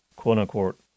quote-unquote